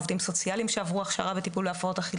עוזרים סוציאליים שעברו הכשרה לטיפול